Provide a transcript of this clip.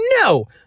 no